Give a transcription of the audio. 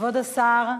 כבוד השר,